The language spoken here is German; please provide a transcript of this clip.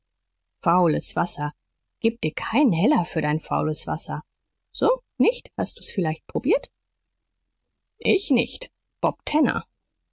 faules wasser geb dir keinen heller für dein faules wasser so nicht hast du's vielleicht probiert ich nicht bob tanner